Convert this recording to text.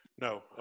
No